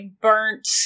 burnt